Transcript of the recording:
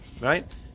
right